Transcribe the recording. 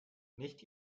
nicht